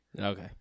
Okay